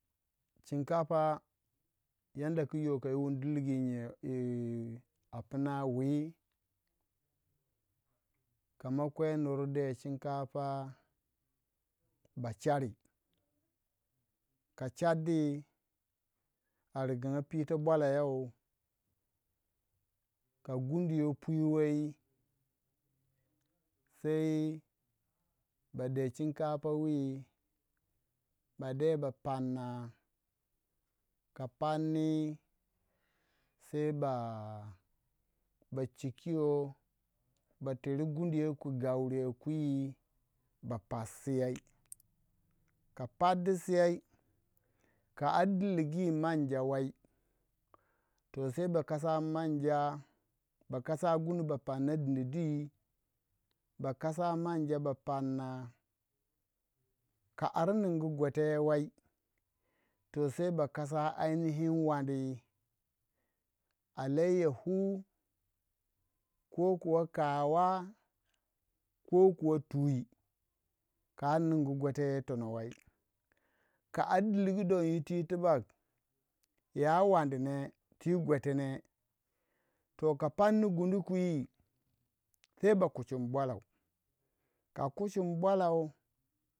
Chinkafa yanda kiyo yi dili a puna whi kama kwe nur de chinkafa ba chari ka chardi argine pitoh bwala youh ka gundu yoh pwi wei sei bade chinkafa wih ba de ba panna ka panni sei ba chikiyoh ba tweri gundu yoh ku gauriyoh kwi ba pasiyeye ka pardi sei ka ardilgu yi manja wai toh sai baka sa manja ba kasa gundu ba panna din dwi ba kasa manja ba pana ka ar ningu gwete wei toh sai ba kasa ainihi wandi alayyahu koh kuwa kawa koh kuwa twi ka ari ningu gwete wei ka ar diigu yiti tubak ya wandi neh twi gwete ne kan panni gundu kwi sai ba kucin bwalau ka kucin bwalau.